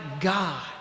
God